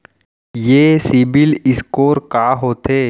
ये CIBIL score का होथे?